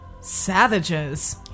Savages